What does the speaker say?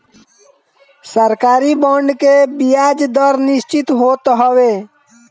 सरकारी बांड के बियाज दर निश्चित होत हवे